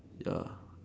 ya